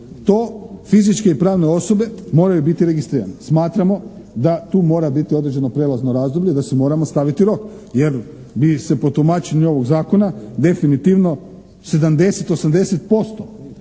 to fizičke i pravne osobe moraju biti registrirane. Smatramo da tu mora biti određeno prijelazno razdoblje, da si moramo staviti rok jer bi se po tumačenju ovog zakona definitivno 70, 80%